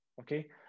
Okay